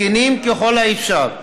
תקינים ככל האפשר.